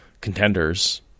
contenders